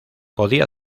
podía